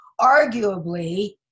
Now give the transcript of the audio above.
arguably